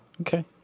Okay